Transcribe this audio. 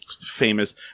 famous